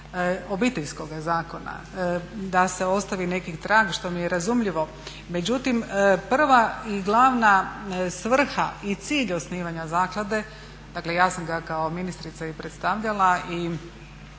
Obiteljskog zakona, da se ostavi neki trag što mi je razumljivo. Međutim, prva i glavna svrha i cilj osnivanja zaklade, dakle ja sam ga kao ministrica i predstavljala i